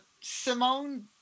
Simone